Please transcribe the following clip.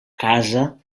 casa